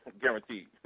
Guaranteed